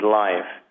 life